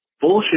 bullshit